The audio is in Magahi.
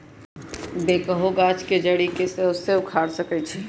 बैकहो गाछ के जड़ी के सेहो उखाड़ सकइ छै